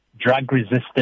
drug-resistant